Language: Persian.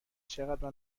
چقدر